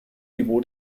niveau